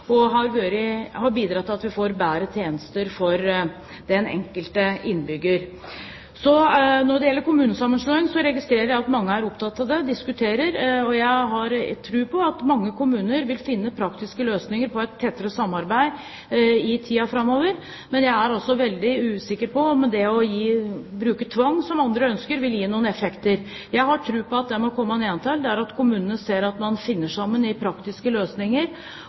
og det har bidratt til at vi får bedre tjenester for den enkelte innbygger. Når det gjelder kommunesammenslåing, registrerer jeg at mange er opptatt av det og diskuterer det. Jeg har tro på at mange kommuner vil finne praktiske løsninger for et tettere samarbeid i tiden framover, men jeg er også veldig usikker på om det å bruke tvang, som andre ønsker, vil gi noen effekter. Jeg har tro på at det må komme nedenfra, at kommunene ser at man finner sammen i praktiske løsninger,